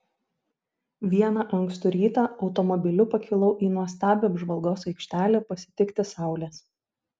vieną ankstų rytą automobiliu pakilau į nuostabią apžvalgos aikštelę pasitikti saulės